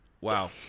Wow